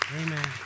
Amen